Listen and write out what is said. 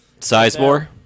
Sizemore